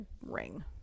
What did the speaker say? ring